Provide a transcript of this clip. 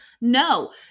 No